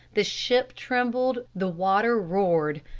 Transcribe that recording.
the ship trembled. the water roared.